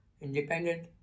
independent